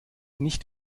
nicht